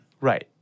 Right